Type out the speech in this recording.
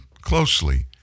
closely